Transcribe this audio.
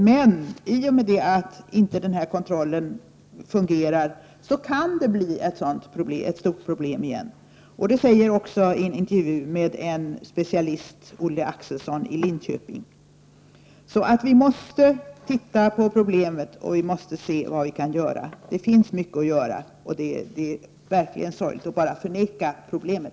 Men i och med att kontrollen inte fungerar kan det på nytt bli ett stort problem. Detta säger också en specialist på området, Olle Axelsson i Linköping, i en intervju. Vi måste alltså studera problemet och se vad vi kan göra. Det finns mycket att göra, och det är verkligen sorgligt att man bara förnekar problemet.